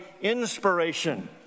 inspiration